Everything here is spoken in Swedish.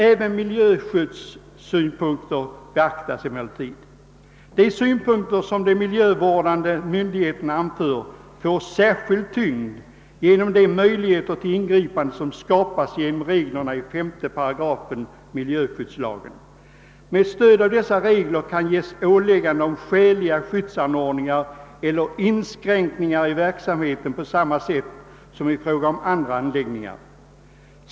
Även miljöskyddssynpunkter beaktas emellertid. De synpunkter som de miljövårdande myndigheterna anför får särskild tyngd genom de möjligheter till ingripande som skapas genom reglerna i 5 § miljöskyddslagen. Med stöd av dessa regler kan ges åläggande om skäliga skyddsanordningar eller inskränkningar i verksamheten på samma sätt som i fråga om andra anläggningar.